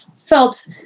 felt